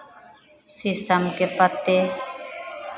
शीशम के पत्ते